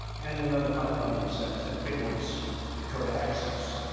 and another pipeline besides that big ones dakota access.